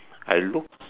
I look